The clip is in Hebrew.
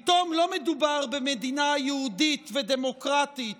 פתאום לא מדובר במדינה יהודית ודמוקרטית